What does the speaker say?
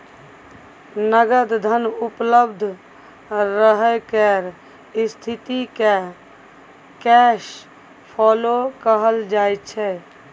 नगद धन उपलब्ध रहय केर स्थिति केँ कैश फ्लो कहल जाइ छै